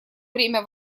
время